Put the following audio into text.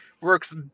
works